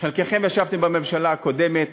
חלקכם ישבתם בממשלה הקודמת